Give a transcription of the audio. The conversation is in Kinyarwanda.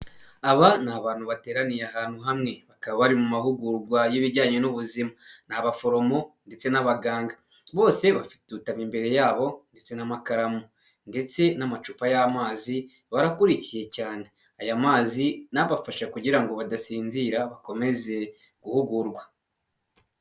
Aba ni abantu bateraniye ahantu hamwe bakaba bari mu mahugurwa y'ibijyanye n'ubuzima, ni abaforomo ndetse n'abaganga, bose bafite udutabo imbere yabo ndetse n'amakaramu, ndetse n'amacupa y'amazi barakurikiye cyane, aya mazi n'abafasha kugira ngo badasinzira bakomeza guhugurwa.